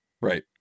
Right